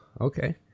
okay